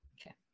Okay